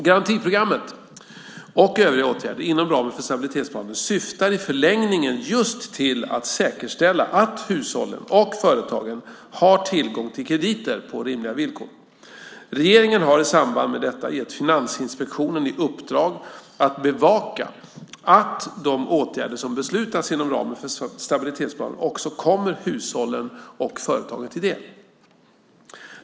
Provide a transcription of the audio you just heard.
Garantiprogrammet och övriga åtgärder inom ramen för stabilitetsplanen syftar i förlängningen just till att säkerställa att hushållen och företagen har tillgång till krediter på rimliga villkor. Regeringen har i samband med detta givit Finansinspektionen i uppdrag att bevaka att de åtgärder som beslutas inom ramen för stabilitetsplanen också kommer hushållen och företagen till del.